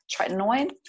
tretinoin